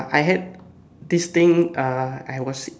I had this thing ah I was